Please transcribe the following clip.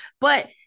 but-